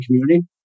community